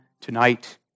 tonight